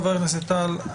חבר הכנסת טל,